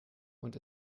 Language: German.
und